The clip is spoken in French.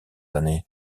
années